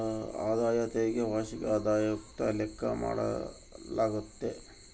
ಆದಾಯ ತೆರಿಗೆ ವಾರ್ಷಿಕ ಆದಾಯುಕ್ಕ ಲೆಕ್ಕ ಮಾಡಾಲಾಗ್ತತೆ